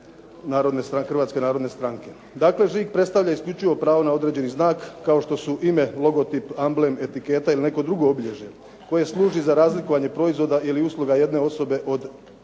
Hrvatske narodne stranke. Dakle, žig predstavlja isključivo pravo na određeni znak kao što su ime, logotip, amblem, etiketa ili neko drugo obilježje koje služi za razlikovanje proizvoda ili usluga jedne osobe od ostalih